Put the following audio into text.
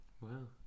Wow